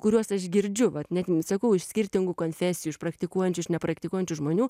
kuriuos aš girdžiu vat net sakau iš skirtingų konfesijų iš praktikuojančių iš nepraktikuojančių žmonių